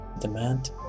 Demand